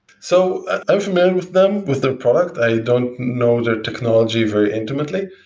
so i'm familiar with them, with their product. i don't know their technology very intimately.